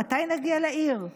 מתי נגיע לעיר?